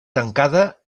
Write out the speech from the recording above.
tancada